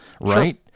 right